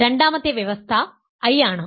രണ്ടാമത്തെ വ്യവസ്ഥ I ആണ്